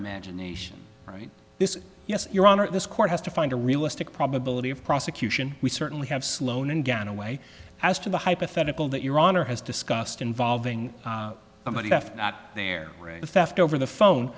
imagination right this yes your honor this court has to find a realistic probability of prosecution we certainly have sloan and dan a way as to the hypothetical that your honor has discussed involving their right to theft over the phone